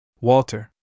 Walter